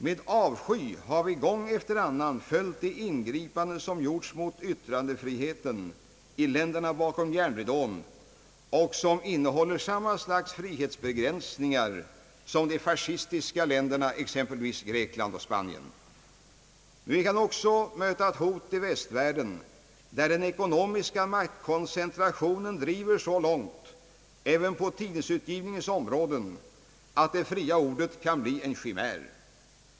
Med avsky har vi gång efter annan följt de ingripanden som gjorts mot yttrandefriheten i länderna bakom järnridån och som innehåller samma slags frihetsbegränsningar som de fascistiska länderna, exempelvis Grekland och Spanien. Men vi kan också möta ett hot i västvärlden, där den ekonomiska maktkoncentrationen drives så långt — även på tidningsutgivningens område att det fria ordet kan bli en chimär.